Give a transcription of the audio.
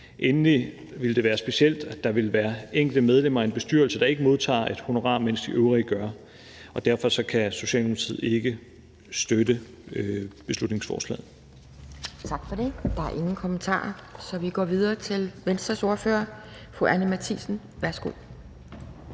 Endelig ville det være specielt, at der ville være enkelte medlemmer af en bestyrelse, der ikke modtager et honorar, mens de øvrige medlemmer gør. Derfor kan Socialdemokratiet ikke støtte beslutningsforslaget. Kl. 11:56 Anden næstformand (Pia Kjærsgaard): Tak for det. Der er ingen kommentarer, så vi går videre til Venstres ordfører. Fru Anni Matthiesen, værsgo.